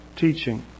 teaching